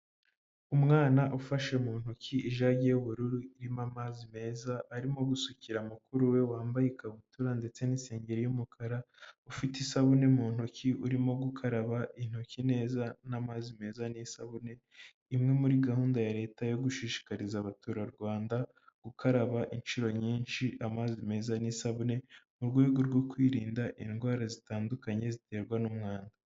Umwana ufashe mu ntoki ijagi y'ubururu irimo amazi meza, arimo gusukira mukuru we, wambaye ikabutura ndetse n’isengeri y’umukara, ufite isabune mu ntoki urimo gukaraba intoki neza n'amazi meza n’isabune. Imwe muri muri gahunda ya Leta yo gushishikariza Abaturarwanda, gukaraba inshuro nyinshi amazi meza n’isabune, mu rwego rwo kwirinda indwara zitandukanye ziterwa n’umwanda.